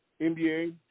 NBA